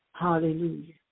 Hallelujah